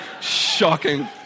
Shocking